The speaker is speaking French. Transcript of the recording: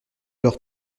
leur